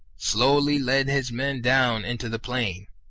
slowly led his men down into the plain,